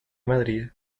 madrid